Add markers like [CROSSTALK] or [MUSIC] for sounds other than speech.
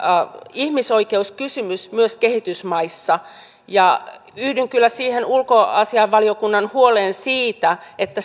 ihmisoikeuskysymys myös kehitysmaissa ja yhdyn kyllä siihen ulkoasiainvaliokunnan huoleen siitä että [UNINTELLIGIBLE]